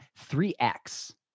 3X